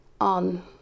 on